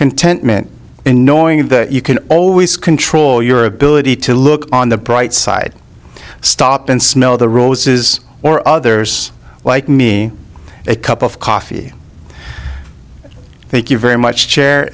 contentment in knowing that you can always control your ability to look on the bright side stop and smell the roses or others like me a cup of coffee thank you very much chair